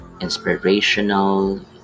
inspirational